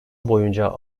boyunca